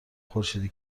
خورشیدی